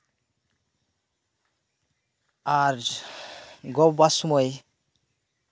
ᱟᱨ ᱜᱚ ᱵᱟᱵᱟ ᱥᱚᱢᱚᱭ